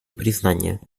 признание